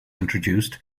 introduced